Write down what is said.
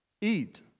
eat